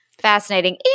fascinating